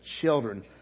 children